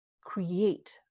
create